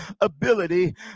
ability